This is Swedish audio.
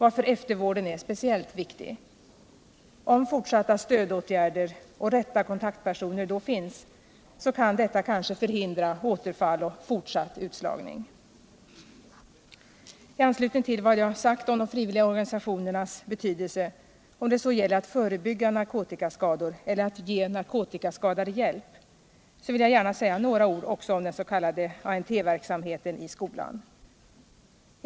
Eftervården är därför speciellt viktig, och om fortsatta stödåtgärder och rätta kontaktpersoner finns efter utskrivningen, kan kanske återfall och fortsatt utslagning förhindras. I anslutning till vad jag sagt om de frivilliga organisationernas betydelse — såväl när det gäller att förebygga narkotikaskador som när det gäller att ge narkotikaskadade hjälp — vill jag gärna säga några ord också om den s.k. ANT-verksamheten i skolan.